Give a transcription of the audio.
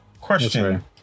question